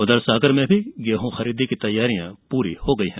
उधर सागर में भी गेहूं खरीदी की तैयारियां पूरी हो गई हैं